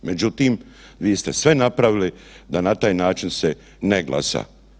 Međutim, vi ste sve napravili da na taj način se ne glasa.